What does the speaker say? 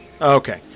Okay